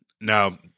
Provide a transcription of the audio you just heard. now